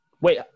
Wait